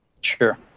Sure